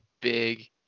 big